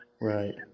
Right